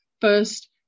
first